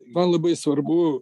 man labai svarbu